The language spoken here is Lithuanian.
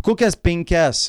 kokias penkias